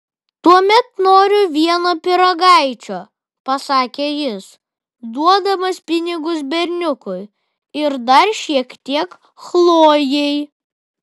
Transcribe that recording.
tuomet noriu vieno pyragaičio pasakė jis duodamas pinigus berniukui ir dar šiek tiek chlojei